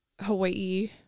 Hawaii